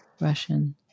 Russian